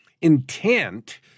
intent